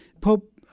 Pope